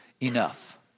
enough